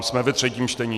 Jsme ve třetím čtení.